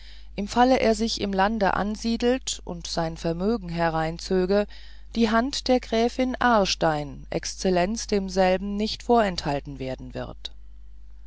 im fall er sich im lande ansiedelte und sein vermögen hereinzöge die hand der gräfin aarstein exzellenz demselben nicht vorenthalten werden wird